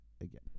again